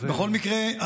בכל מקרה,